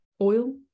oil